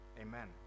Amen